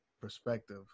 perspective